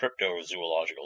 cryptozoological